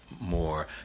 more